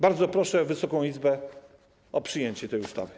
Bardzo proszę Wysoką Izbę o przyjęcie tej ustawy.